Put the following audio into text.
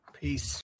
peace